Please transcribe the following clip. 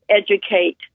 educate